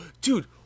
dude